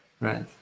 right